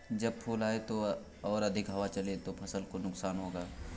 जब फूल आए हों और अधिक हवा चले तो फसल को नुकसान होगा?